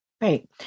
right